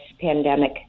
pandemic